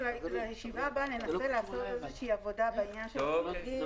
לישיבה הבאה ננסה לעשות איזו עבודה בעניין החריגים.